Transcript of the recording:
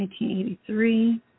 1983